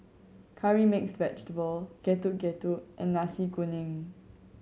Curry Mixed Vegetable Getuk Getuk and Nasi Kuning